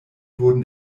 wurden